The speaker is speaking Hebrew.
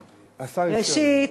ראשית,